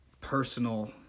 personal